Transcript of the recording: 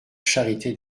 charité